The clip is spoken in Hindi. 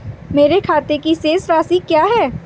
मेरे खाते की शेष राशि क्या है?